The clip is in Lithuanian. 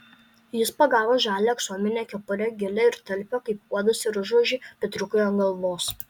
jis pagavo žalią aksominę kepurę gilią ir talpią kaip puodas ir užvožė petriukui ant galvos